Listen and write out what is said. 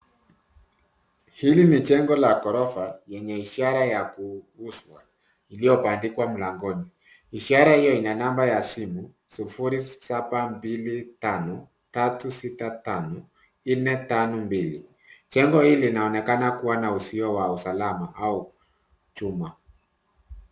Hili ni jengo la ghorofa yenye ishara ya kuuzwa iliyobandikwa mlangoni. Ishara hiyo ina namba ya simu 0725365452. Jengo hili linaonekana kuwa na uzio wa usalama au chuma.